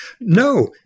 No